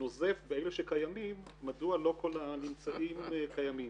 נוזף באלה שקיימים מדוע כל הנמצאים קיימים.